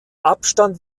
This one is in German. abstand